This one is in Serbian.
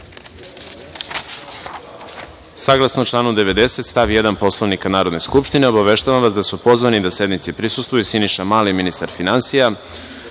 kapitala. Saglasno članu 90. stav 1. Poslovnika Narodne skupštine, obaveštavam vas da su pozvani da sednici prisustvuju Siniša Mali, ministar finansija,